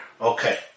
Okay